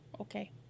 Okay